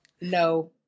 no